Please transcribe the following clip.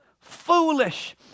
foolish